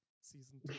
Season